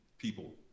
People